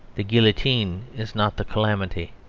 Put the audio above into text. the guillotine is not the calamity,